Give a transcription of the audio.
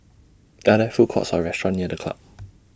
Are There Food Courts Or restaurants near The Club